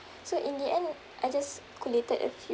so in the end I just collated a few